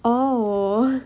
oh